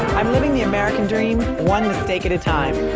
i'm living the american dream one mistake at a time